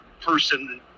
person